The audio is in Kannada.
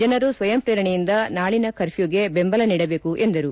ಜನರು ಸ್ವಯಂ ಪ್ರೇರಣೆಯಿಂದ ನಾಳಿನ ಕರ್ಮ್ಯೂಗೆ ಬೆಂಬಲ ನೀಡಬೇಕು ಎಂದರು